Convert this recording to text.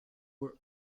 were